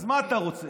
אז מה אתה רוצה?